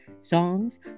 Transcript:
songs